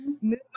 move